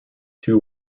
two